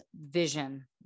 Vision